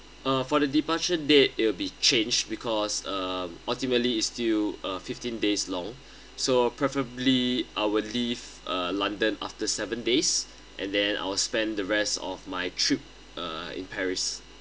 uh for the departure date it will be changed because um ultimately is still uh fifteen days long so preferably I'll leave uh london after seven days and then I will spend the rest of my trip uh in paris